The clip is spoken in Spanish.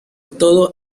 todo